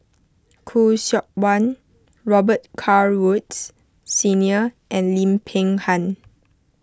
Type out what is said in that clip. Khoo Seok Wan Robet Carr Woods Senior and Lim Peng Han